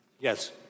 Yes